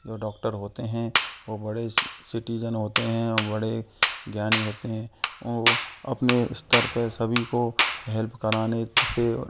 जो डॉक्टर होते हैं वो बड़े सिटीजन होते हैं वो बड़े ज्ञानी होते हैं वो अपने स्तर पे सभी को हेल्प कराने से